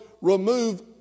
remove